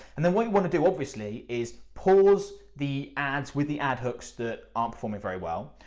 and then what you wanna do obviously is pause the ads with the ad hooks that aren't performing very well,